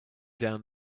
down